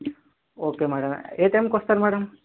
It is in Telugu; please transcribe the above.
ఓకే మేడం ఏ టైంకి వస్తారు మేడం